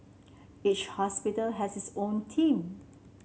each hospital has its own team